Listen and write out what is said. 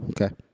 Okay